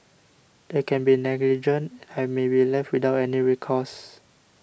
they can be negligent and may be left without any recourse